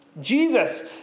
Jesus